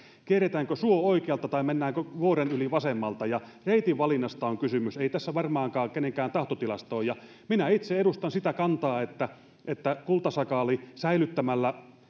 kierretäänkö suo oikealta vai mennäänkö vuoren yli vasemmalta reitin valinnasta on kysymys ei tässä varmaankaan kenenkään tahtotilasta ole kyse ja minä itse edustan sitä kantaa että että kultasakaalin säilyttäminen